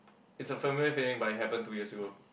it's a familiar feeling but it happen two years ago